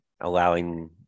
allowing